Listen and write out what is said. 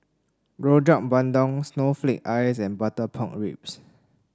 Rojak Bandung Snowflake Ice and Butter Pork Ribs